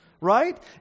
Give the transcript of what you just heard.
right